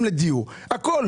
גם לדיור, לכל.